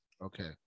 Okay